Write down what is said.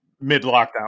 mid-lockdown